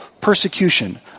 persecution